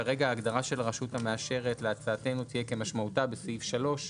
כרגע ההגדרה של הרשות המאשרת להצעתנו תהיה כמשמעותה בסעיף 3,